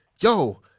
yo